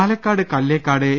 Palakkad Kallekkad A